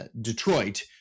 Detroit